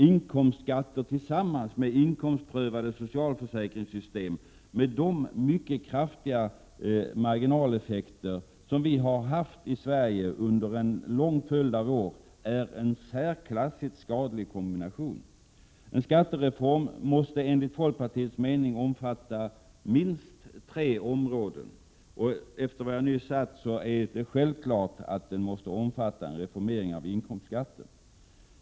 Inkomstskatter tillsammans med inkomstprövade socialförsäkringssystem, med de kraftiga marginaleffekter som vi har haft i Sverige under en lång följd av år, är en särklassigt skadlig kombination. En skattereform måste enligt folkpartiets mening omfatta minst tre områden, och det är för det första självklart att den måste omfatta en reformering av inkomstskatten.